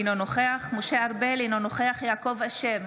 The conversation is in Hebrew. אינו נוכח משה ארבל, אינו נוכח יעקב אשר,